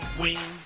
wings